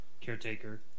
Caretaker